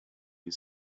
you